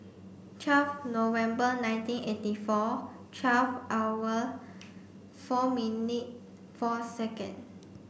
twelve November nineteen eighty four twelve hour four minute four second